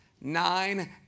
nine